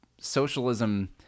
socialism